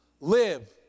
live